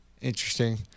Interesting